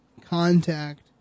contact